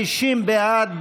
50 בעד,